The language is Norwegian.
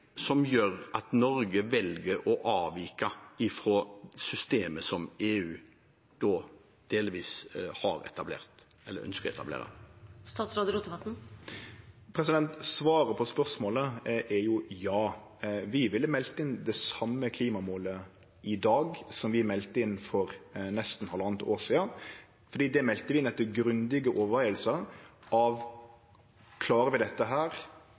som gjør at Norge velger å avvike fra systemet som EU delvis har etablert eller ønsker å etablere? Svaret på spørsmålet er ja. Vi ville meldt inn det same klimamålet i dag som vi melde inn for nesten halvanna år sidan, for det melde vi inn etter grundige vurderingar av følgjande: Klarer vi dette?